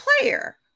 player